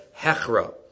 hechra